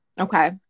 Okay